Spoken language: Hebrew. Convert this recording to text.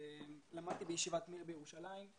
למדתי בישיבת מיר בירושלים.